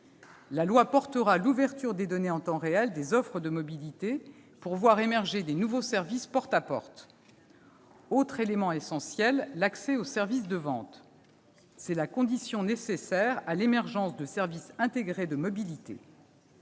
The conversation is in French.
La loi portera l'ouverture des données en temps réel des offres de mobilité pour voir émerger de nouveaux services porte-à-porte. Autre élément essentiel : l'accès aux services de vente. C'est la condition nécessaire à l'émergence de services intégrés de mobilité.